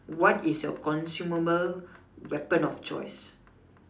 what is your consumable weapon of choice